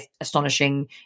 astonishing